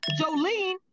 Jolene